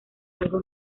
algo